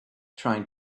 trying